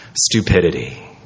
stupidity